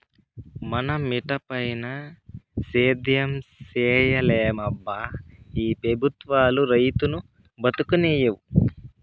మన మిటపైన సేద్యం సేయలేమబ్బా ఈ పెబుత్వాలు రైతును బతుకనీవు